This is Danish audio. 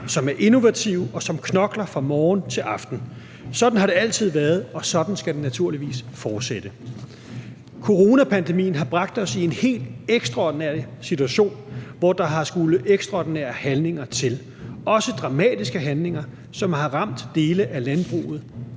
som er innovative, og som knokler fra morgen til aften. Sådan har det altid været, og sådan skal det naturligvis fortsætte. Coronapandemien har bragt os i en helt ekstraordinær situation, hvor der har skullet ekstraordinære handlinger til, også dramatiske handlinger, som har ramt dele af landbruget